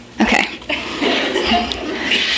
Okay